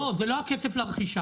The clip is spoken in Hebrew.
לא זה לא הכסף לרכישה אדוני.